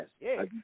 Yes